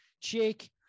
jake